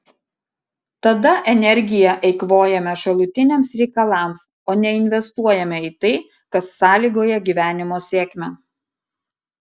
tada energiją eikvojame šalutiniams reikalams o neinvestuojame į tai kas sąlygoja gyvenimo sėkmę